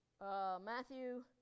Matthew